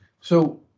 So-